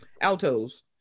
altos